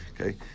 Okay